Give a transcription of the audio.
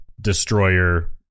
destroyer